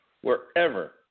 wherever